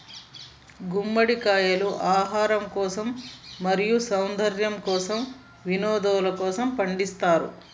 గుమ్మడికాయలు ఆహారం కోసం, మరియు సౌందర్యము కోసం, వినోదలకోసము పండిస్తారు